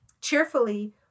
cheerfully